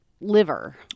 Liver